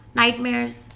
nightmares